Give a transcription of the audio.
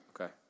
Okay